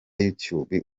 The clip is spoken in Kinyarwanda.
youtube